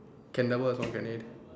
can double as a grenade